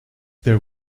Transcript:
there